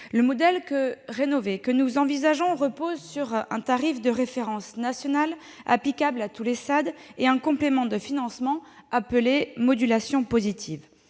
Le modèle rénové que nous envisageons repose sur un tarif de référence nationale applicable à tous les SAAD, et un complément de financement appelé « modulation positive